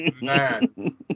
man